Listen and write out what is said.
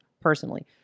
personally